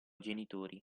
genitori